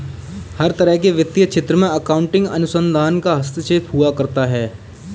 हर तरह के वित्तीय क्षेत्र में अकाउन्टिंग अनुसंधान का हस्तक्षेप हुआ करता है